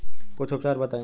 कुछ उपचार बताई?